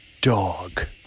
dog